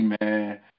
man